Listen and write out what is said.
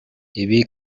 ibi